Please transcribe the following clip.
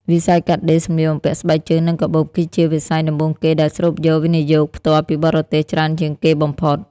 វិស័យកាត់ដេរ សម្លៀកបំពាក់ ស្បែកជើង និងកាបូប គឺជាវិស័យដំបូងគេដែលស្រូបយក វិនិយោគផ្ទាល់ពីបរទេស ច្រើនជាងគេបំផុត។